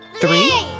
Three